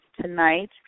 tonight